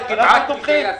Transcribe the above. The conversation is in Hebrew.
אנחנו תומכים.